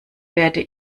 werde